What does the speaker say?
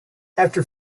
after